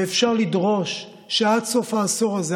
ואפשר לדרוש שעד סוף העשור הזה,